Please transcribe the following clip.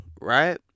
right